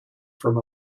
from